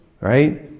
right